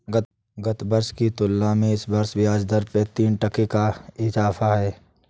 गत वर्ष की तुलना में इस वर्ष ब्याजदर में तीन टके का इजाफा है